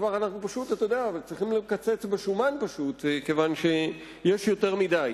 שאנחנו פשוט צריכים לקצץ בשומן כיוון שיש יותר מדי?